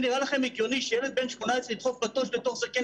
הדברים --- זה נראה לכם הגיוני שילד בן 18 ידחוף מטוש לתוך זקן,